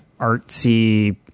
artsy